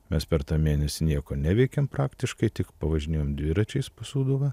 mes per tą mėnesį nieko neveikėm praktiškai tik pavažinėjom dviračiais po sūduvą